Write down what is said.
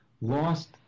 lost